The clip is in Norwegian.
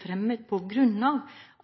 fremmet på grunn av